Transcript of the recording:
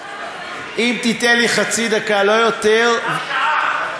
אם תיתן לי חצי דקה, לא יותר, גם שעה.